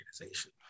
organization